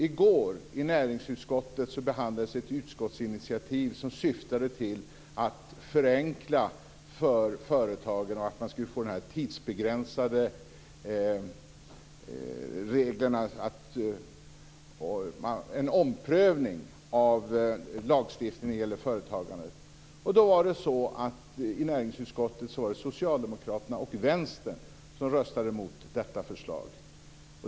I går i näringsutskottet behandlades ett utskottsinitiativ som syftade till att förenkla för företagen och att man skulle få en omprövning av lagstiftningen när det gäller företagandet. I näringsutskottet var det Socialdemokraterna och Vänstern som röstade mot detta förslag.